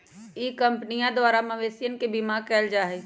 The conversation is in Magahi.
ई कंपनीया द्वारा मवेशियन के बीमा कइल जाहई